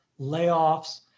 layoffs